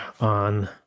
on